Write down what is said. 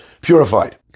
purified